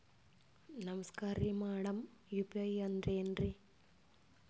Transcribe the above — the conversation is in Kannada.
ನಮಸ್ಕಾರ್ರಿ ಮಾಡಮ್ ಯು.ಪಿ.ಐ ಅಂದ್ರೆನ್ರಿ?